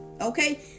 Okay